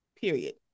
Period